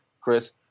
Chris